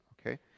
okay